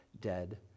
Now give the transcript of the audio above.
dead